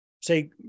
say